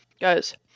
guys